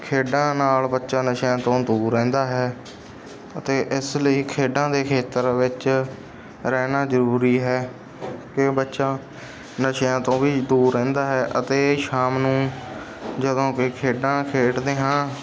ਖੇਡਾਂ ਨਾਲ ਬੱਚਾ ਨਸ਼ਿਆਂ ਤੋਂ ਦੂਰ ਰਹਿੰਦਾ ਹੈ ਅਤੇ ਇਸ ਲਈ ਖੇਡਾਂ ਦੇ ਖੇਤਰ ਵਿੱਚ ਰਹਿਣਾ ਜ਼ਰੂਰੀ ਹੈ ਕਿ ਬੱਚਾ ਨਸ਼ਿਆਂ ਤੋਂ ਵੀ ਦੂਰ ਰਹਿੰਦਾ ਹੈ ਅਤੇ ਸ਼ਾਮ ਨੂੰ ਜਦੋਂ ਕਿ ਖੇਡਾਂ ਖੇਡਦੇ ਹਾਂ